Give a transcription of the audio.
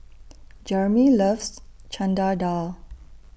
Jeramy loves Chana Dal